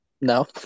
No